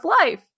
life